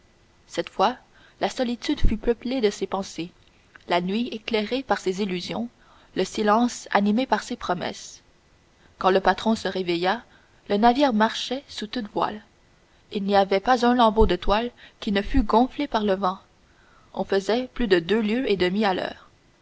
cette fois la solitude fut peuplée de ses pensées la nuit éclairée par ses illusions le silence animé par ses promesses quand le patron se réveilla le navire marchait sous toutes voiles il n'y avait pas un lambeau de toile qui ne fût gonflé par le vent on faisait plus de deux lieues et demie à l'heure